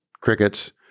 crickets